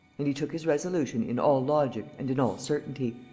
and he took his resolution in all logic and in all certainty.